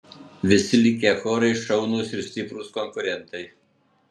visi likę chorai šaunūs ir stiprūs konkurentai